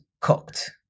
cooked